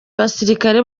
basirikare